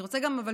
אבל אני רוצה גם,